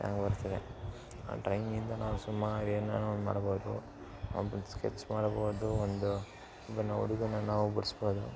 ಚೆನ್ನಾಗಿ ಬರ್ತದೆ ಆ ಡ್ರಾಯಿಂಗಿಂದ ನಾವು ಸುಮಾರು ಏನಾರ ಒಂದು ಮಾಡ್ಬೋದು ಸ್ಕೆಚ್ ಮಾಡ್ಬೋದು ಒಂದು ಹುಡುಗನನ್ನ ನಾವು ಬಿಡಿಸ್ಬೋದು